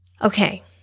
Okay